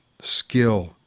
skill